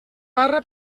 barra